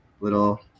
little